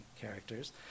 characters